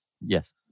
Yes